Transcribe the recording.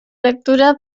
lectura